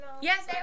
Yes